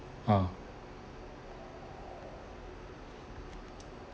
ugh